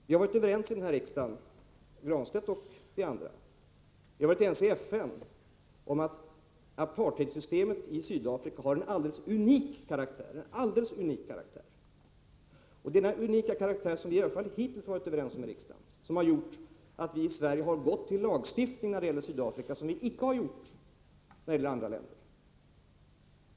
Vi har varit överens i denna riksdag — även Pär Granstedt och de andra — och man har varit överens i FN om att apartheidsystemet i Sydafrika har en alldeles unik karaktär. Detta har gjort att vi i Sverige gått till lagstiftning i fråga om Sydafrika, vilket vi icke gjort beträffande andra länder.